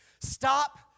Stop